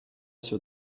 sur